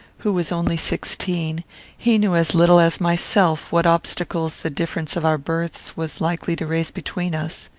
who was only sixteen he knew as little as myself what obstacles the difference of our births was likely to raise between us.